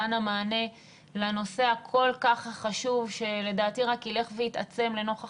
מתן המענה לנושא הכול כך חשוב שלדעתי רק יילך ויתעצם לנוכח